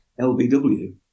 LBW